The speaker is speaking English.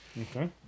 Okay